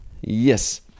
Yes